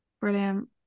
brilliant